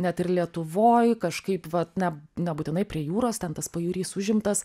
net ir lietuvoj kažkaip vat na nebūtinai prie jūros ten tas pajūrys užimtas